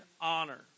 honor